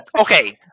okay